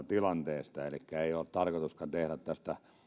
tilanteesta elikkä ei ole tarkoituskaan tehdä tästä